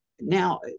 now